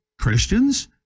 Christians